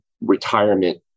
retirement